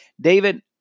David